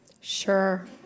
Sure